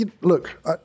look